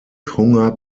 hunger